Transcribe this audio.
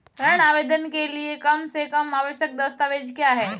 ऋण आवेदन के लिए कम से कम आवश्यक दस्तावेज़ क्या हैं?